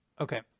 Okay